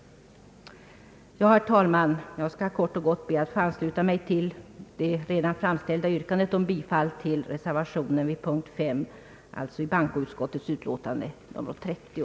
Jag skall, herr talman, kort och gott be att få ansluta mig till det redan framställda yrkandet om bifall till reservationen 5 i bankoutskottets utlåtande nr 30.